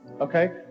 okay